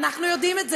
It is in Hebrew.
אנחנו יודעים את זה.